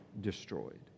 destroyed